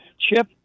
Chip